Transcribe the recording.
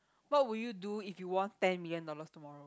what would you do if you won ten million dollars tomorrow